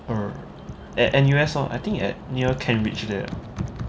err at N_U_S lor I think at near kent ridge there ah